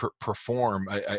perform